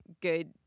good